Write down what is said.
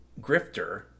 grifter